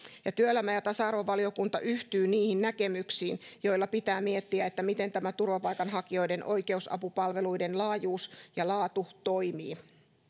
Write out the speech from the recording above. työelämä ja tasa arvovaliokunta yhtyy niihin näkemyksiin joilla pitää miettiä miten tämä turvapaikanhakijoiden oikeusapupalveluiden laajuus ja laatu toimii